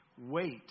Wait